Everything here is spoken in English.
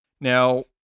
Now